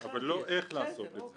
אבל לא איך לעשות את זה.